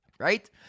Right